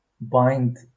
bind